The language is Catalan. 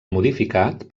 modificat